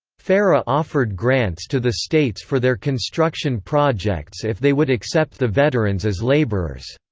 fera offered grants to the states for their construction projects if they would accept the veterans as laborers.